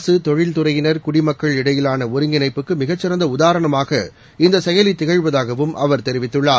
அரசு தொழில்துறையினா் குடிமக்கள் இடையிலான ஒருங்கிணைப்புக்கு மிகச்சிறந்த உதாரணமாக இந்த செயலி திகழ்வதாகவும் அவர் தெரிவித்துள்ளார்